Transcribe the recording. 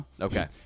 Okay